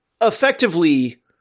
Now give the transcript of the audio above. effectively